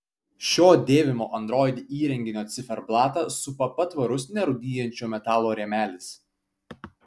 šio dėvimo android įrenginio ciferblatą supa patvarus nerūdijančio metalo rėmelis